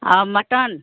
और मटर